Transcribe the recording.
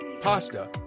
pasta